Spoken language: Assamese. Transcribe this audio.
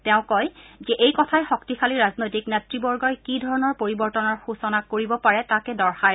তেওঁ কয় যে এই কথাই শক্তিশালী ৰাজনৈতিক নেতৃবগই কি ধৰণৰ পৰিৱৰ্তনৰ সূচনা কৰিব পাৰে তাকে দৰ্শায়